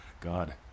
God